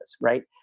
right